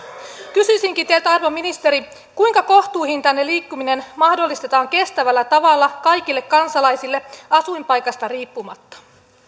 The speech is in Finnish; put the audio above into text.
kysyisinkin teiltä arvon ministeri kuinka kohtuuhintainen liikkuminen mahdollistetaan kestävällä tavalla kaikille kansalaisille asuinpaikasta riippumatta